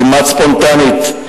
כמעט ספונטנית,